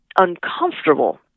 uncomfortable